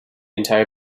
entire